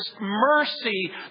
mercy